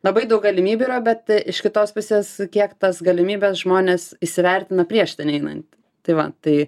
labai daug galimybių yra bet iš kitos pusės kiek tas galimybes žmonės įsivertina prieš ten einant tai va tai